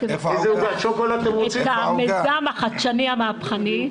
--- המיזם החדשני והמהפכני.